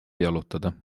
jalutada